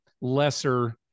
lesser